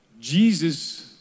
Jesus